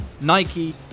Nike